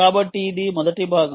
కాబట్టి ఇది మొదటి భాగం